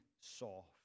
soft